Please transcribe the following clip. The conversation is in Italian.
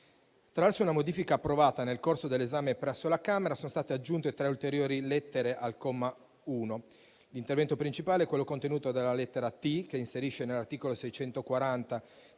Attraverso una modifica approvata nel corso dell'esame presso la Camera sono state aggiunte tre ulteriori lettere al comma 1. L'intervento principale è quello contenuto alla lettera *t)*, che inserisce all'articolo 640